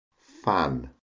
fan